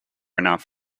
enough